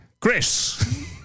Chris